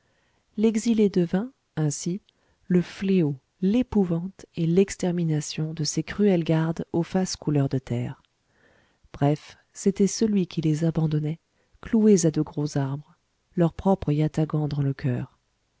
l'exilé devint ainsi le fléau l'épouvante et l'extermination de ces cruels gardes aux faces couleur de terre bref c'était celui qui les abandonnait cloués à de gros arbres leurs propres yatagans dans le cœur